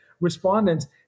respondents